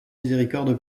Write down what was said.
miséricorde